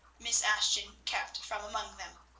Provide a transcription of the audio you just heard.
miss ashton kept from among them.